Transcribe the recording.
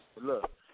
Look